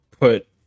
put